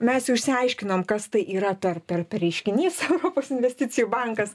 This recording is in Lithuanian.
mes jau išsiaiškinom kas tai yra per per per reiškinys europos investicijų bankas